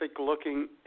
looking